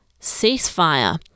ceasefire